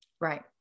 right